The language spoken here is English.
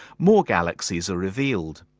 more galaxies are revealed.